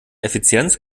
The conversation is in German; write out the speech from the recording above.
effizienz